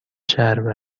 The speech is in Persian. چرب